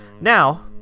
Now